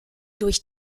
durch